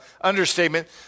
understatement